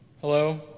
Hello